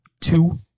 two